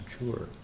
mature